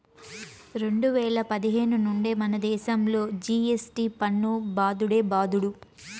రెండు వేల పదిహేను నుండే మనదేశంలో జి.ఎస్.టి పన్ను బాదుడే బాదుడు